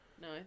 No